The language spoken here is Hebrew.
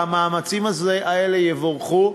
והמאמצים האלה יבורכו.